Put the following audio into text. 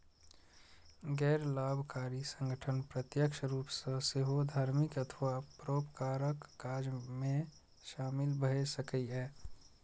गैर लाभकारी संगठन प्रत्यक्ष रूप सं सेहो धार्मिक अथवा परोपकारक काज मे शामिल भए सकैए